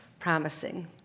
promising